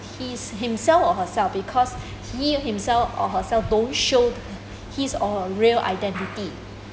he himself or herself because he himself or herself don't show his or real identity